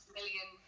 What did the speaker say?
million